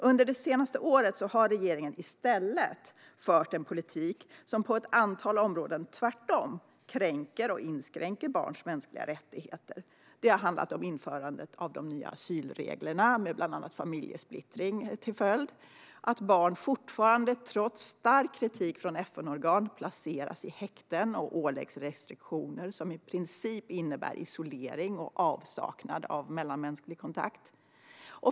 Under det senaste året har regeringen i stället fört en politik som på ett antal områden tvärtom kränker eller inskränker barns mänskliga rättigheter. Det har handlat om införandet av de nya asylreglerna, med bland annat familjesplittring som följd, och att barn fortfarande, trots stark kritik från FN-organ, placeras i häkten och åläggs restriktioner som i princip innebär isolering och avsaknad av mellanmänsklig kontakt.